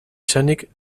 izanik